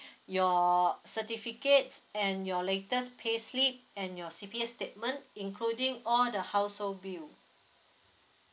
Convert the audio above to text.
your certificates and your latest payslip and your C_P_F statement including all the household bill